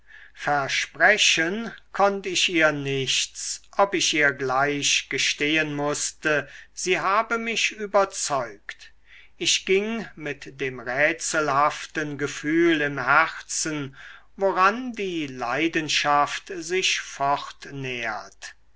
versprechen konnt ich ihr nichts ob ich ihr gleich gestehen mußte sie habe mich überzeugt ich ging mit dem rätselhaften gefühl im herzen woran die leidenschaft sich